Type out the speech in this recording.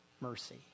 mercy